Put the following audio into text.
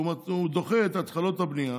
שהוא דוחה את התחלות הבנייה